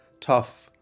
tough